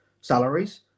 salaries